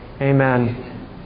Amen